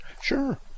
Sure